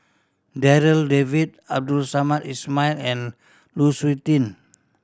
Darryl David Abdul Samad Ismail and Lu Suitin